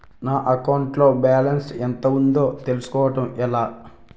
నా అకౌంట్ లో బాలన్స్ ఎంత ఉందో తెలుసుకోవటం ఎలా?